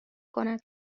کند